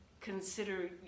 consider